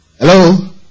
Hello